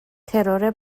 ترور